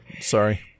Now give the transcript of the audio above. Sorry